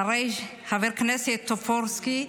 חבר הכנסת טופורובסקי,